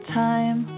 time